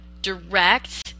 direct